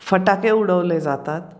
फटाके उडवले जातात